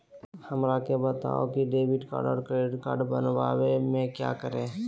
हमरा के बताओ की डेबिट कार्ड और क्रेडिट कार्ड बनवाने में क्या करें?